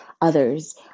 others